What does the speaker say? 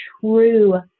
true